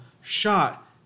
shot